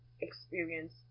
experience